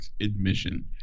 admission